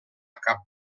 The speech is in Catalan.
cap